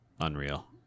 unreal